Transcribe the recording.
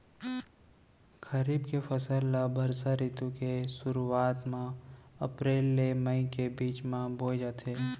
खरीफ के फसल ला बरसा रितु के सुरुवात मा अप्रेल ले मई के बीच मा बोए जाथे